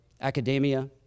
Academia